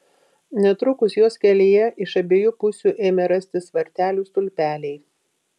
netrukus jos kelyje iš abiejų pusių ėmė rastis vartelių stulpeliai